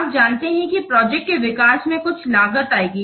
आप जानते हैं कि प्रोजेक्ट के विकास में कुछ लागत आएगी